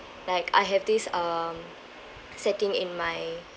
like I have this um setting in my